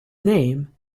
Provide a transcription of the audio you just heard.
name